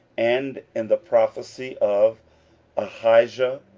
and in the prophecy of ahijah